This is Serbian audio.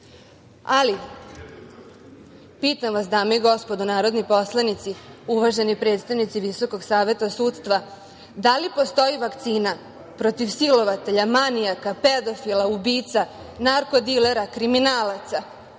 korone. Pitam vas, dame i gospodo narodni poslanici, uvaženi predstavnici Visokog saveta sudstva, da li postoji vakcina protiv silovatelja, manijaka, pedofila, ubica, narko-dilera, kriminalaca,